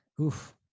Oof